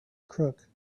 crook